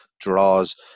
draws